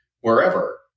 wherever